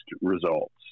results